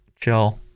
chill